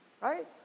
Right